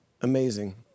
amazing